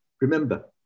remember